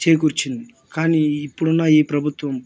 చేకూర్చింది కానీ ఇప్పుడున్న ఈ ప్రభుత్వం